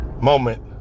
moment